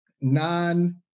non